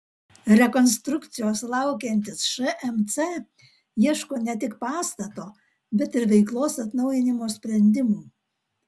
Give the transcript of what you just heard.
rekonstrukcijos laukiantis šmc ieško ne tik pastato bet ir veiklos atnaujinimo sprendimų